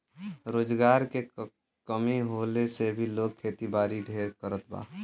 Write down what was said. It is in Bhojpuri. रोजगार के कमी होले से भी लोग खेतीबारी ढेर करत बा